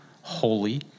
holy